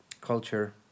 culture